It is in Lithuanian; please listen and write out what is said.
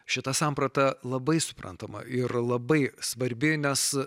šita samprata labai suprantama ir labai svarbi nes